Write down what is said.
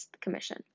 Commission